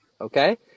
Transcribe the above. Okay